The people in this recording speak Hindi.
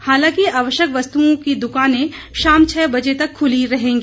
हालांकि आवश्यक वस्तुओं की दुकानें शाम छह बजे तक खुली रहेंगी